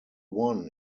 won